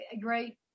great